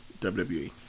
WWE